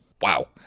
wow